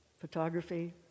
photography